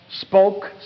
spoke